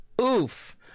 Oof